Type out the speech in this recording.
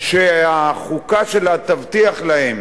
שהחוקה שלה תבטיח להם